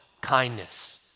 kindness